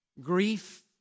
grief